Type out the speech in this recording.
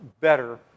better